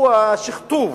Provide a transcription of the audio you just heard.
הוא השכתוב